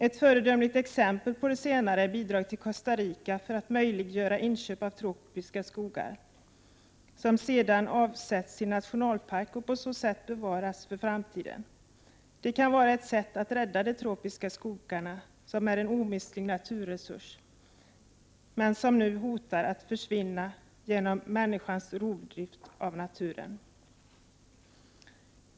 Ett föredömligt exempel på det senare är bidrag till Costa Rica för att möjliggöra inköp av tropiska skogar som sedan avsätts till nationalparker och på så sätt bevaras för framtiden. Detta kan vara ett sätt att rädda de tropiska skogarna som är en omistlig naturresurs men som nu hotar att försvinna genom människans rovdrift på naturen.